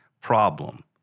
problem